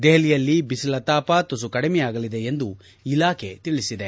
ದೆಹಲಿಯಲ್ಲಿ ಬಿಸಿಲ ತಾಪ ತುಸು ಕಡಿಮೆಯಾಗಲಿದೆ ಎಂದು ಇಲಾಖೆ ತಿಳಿಸಿದೆ